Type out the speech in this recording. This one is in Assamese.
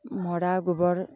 মৰা গোবৰ